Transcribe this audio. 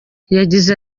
yagize